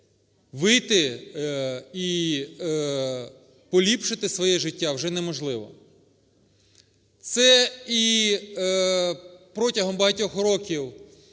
вийти і поліпшити своє життя вже неможливо. Це і протягом багатьох років